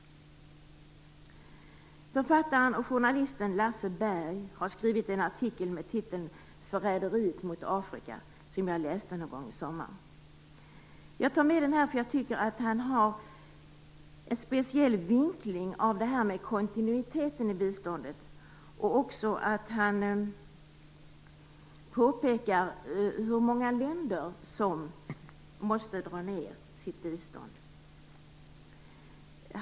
Författaren och journalisten Lasse Berg har skrivit en artikel med titeln Förräderiet mot Afrika, som jag läste någon gång i somras. Jag tar med den här därför att jag tycker att han har en speciell vinkling av kontinuiteten i biståndet. Han påpekar även hur många länder som måste dra ned sitt bistånd.